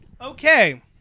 Okay